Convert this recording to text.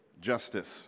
justice